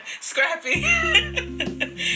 scrappy